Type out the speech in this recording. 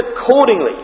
accordingly